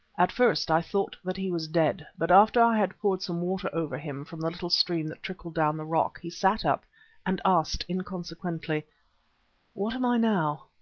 at first i thought that he was dead, but after i had poured some water over him from the little stream that trickled down the rock, he sat up and asked inconsequently what am i now?